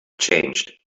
changed